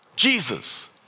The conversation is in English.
Jesus